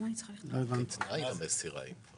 כתנאי למסירה.